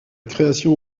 création